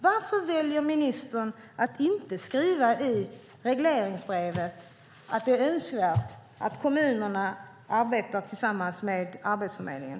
Varför väljer ministern att inte skriva i regleringsbrevet att det är önskvärt att kommunerna arbetar tillsammans med Arbetsförmedlingen?